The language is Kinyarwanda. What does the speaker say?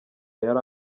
yari